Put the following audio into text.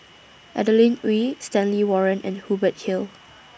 Adeline Ooi Stanley Warren and Hubert Hill